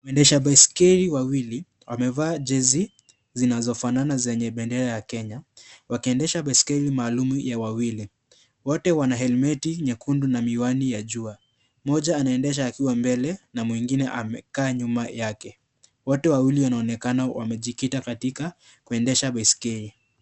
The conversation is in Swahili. Waendeshaji baiskeli wawili wamevaa jezi zinazofanana zenye bendera ya Kenya wakiendesha baiskeli maalumu ya wenyewe. Wote wana helmeti nyekundu na miwani ya jua. Mmoja anaendesha akiwa mbele na mwengine amekaa nyuma yake. Wote wawili wanaonekana wamejikita katika kuendesha baiskeli.